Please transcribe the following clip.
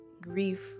grief